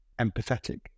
empathetic